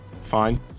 fine